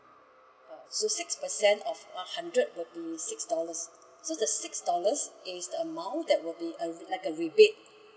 uh so six percent of one hundred will be six dollars so the six dollars is amount that will be a~ uh like a rebate